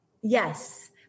Yes